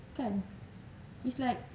kan it's like